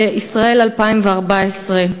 בישראל 2014,